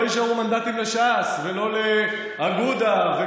ולכן, אוסנת,